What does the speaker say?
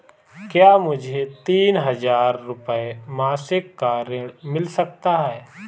क्या मुझे तीन हज़ार रूपये मासिक का ऋण मिल सकता है?